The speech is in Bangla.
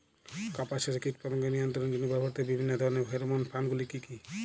কাপাস চাষে কীটপতঙ্গ নিয়ন্ত্রণের জন্য ব্যবহৃত বিভিন্ন ধরণের ফেরোমোন ফাঁদ গুলি কী?